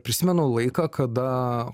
prisimenu laiką kada